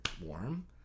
warm